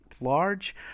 large